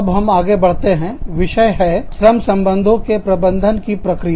अब हम आगे बढ़ते हैं विषय है श्रम संबंधों के प्रबंधन की प्रक्रिया